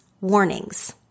warnings